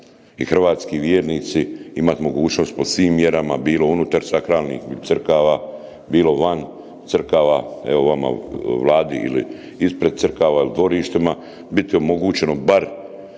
hrvatski vjernici imati mogućnost pod svim mjerama bilo unutar sakralnih crkava, bilo van crkava, evo vama u Vladi ili ispred crkava ili u dvorištima biti omogućeno bar